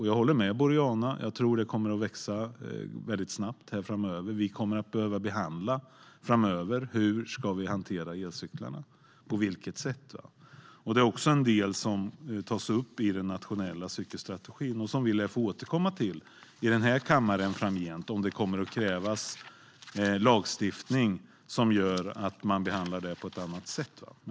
Jag håller med Boriana. Jag tror att det kommer att växa väldigt snabbt framöver. Vi kommer framöver att behöva behandla frågan: Hur ska vi hantera elcyklarna? Det är också en del som tas upp i den nationella cykelstrategin och som vi lär få återkomma till i kammaren framgent om det kommer att krävas lagstiftning som gör att man behandlar det på ett annat sätt.